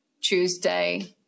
Tuesday